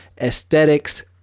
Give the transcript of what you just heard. aesthetics